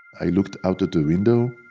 i looked out of the window,